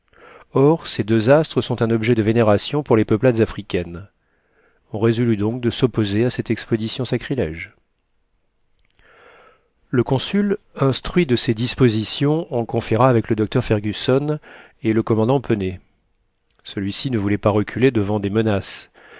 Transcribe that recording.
or ces deux astres sont un objet de vénération pour les peuplades africaines on résolut donc de s'opposer à cette expédition sacrilège le consul instruit de ces dispositions en conféra avec le docteur fergusson et le commandant pennet celui-ci ne voulait pas reculer devant des menaces